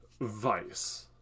Vice